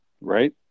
Right